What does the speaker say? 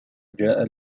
جاء